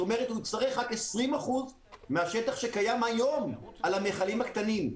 זאת אומרת הוא יצטרך רק 20% מהשטח שקיים היום על המכלים הקטנים.